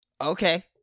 Okay